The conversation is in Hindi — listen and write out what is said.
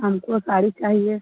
हम को साड़ी चाहिए